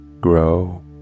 grow